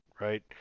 right